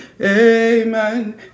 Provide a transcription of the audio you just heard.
amen